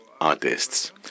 artists